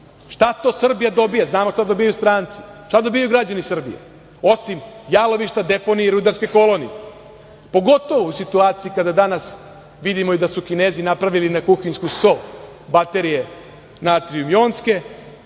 Šta to Srbija dobija? Znamo šta dobijaju stranci. Šta dobijaju građani Srbije, osim jalovišta, deponije i rudarske kolonije, pogotovo u situaciji kada danas vidimo da su Kinezi napravili na kuhinjsku so baterije, natrijum-jonske,